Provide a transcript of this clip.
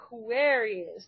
Aquarius